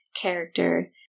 character